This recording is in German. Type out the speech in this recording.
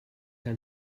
ein